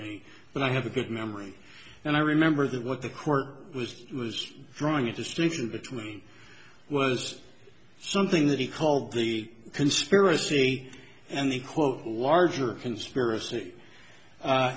me but i have a good memory and i remember that what the court was was drawing a distinction between was something that he called the conspiracy and the quote larger conspiracy